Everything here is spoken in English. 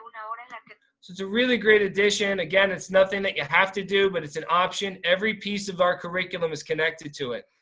it's it's a really great addition. again it's nothing that you have to do but it's an option. every piece of our curriculum is connected to it.